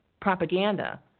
propaganda